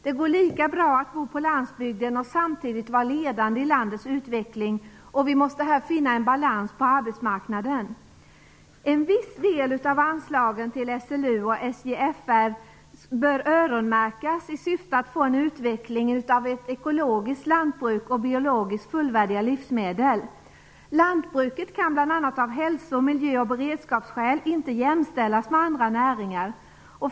Det går lika bra att bo på landsbygden och samtidigt vara ledande i landets utveckling. Vi måste finna en balans på arbetsmarknaden. En viss del av anslagen till SLU och SJFR bör öronmärkas i syfte att få en utveckling av ekologiskt lantbruk och biologiskt fullvärdiga livsmedel. Lantbruket kan bl.a. av hälso-, miljö och beredskapsskäl inte jämställas med andra näringar.